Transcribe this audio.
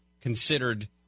considered